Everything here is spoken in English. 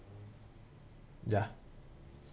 ya